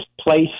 place